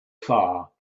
far